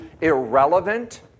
irrelevant